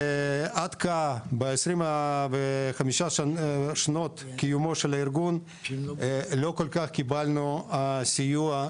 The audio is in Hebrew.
ועד כה ב-25 שנים שהארגון קיים לא קיבלנו סיוע כזה.